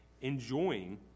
enjoying